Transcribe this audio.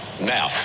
Now